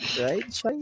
Right